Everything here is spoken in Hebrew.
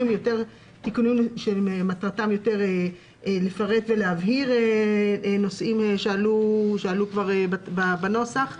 שמטרתם לפרט יותר ולהבהיר נושאים שעלו כבר בנוסח,